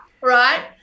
right